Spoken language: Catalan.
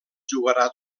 jugarà